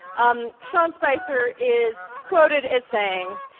um sean spicer is quoted as saying,